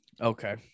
okay